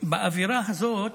באווירה הזאת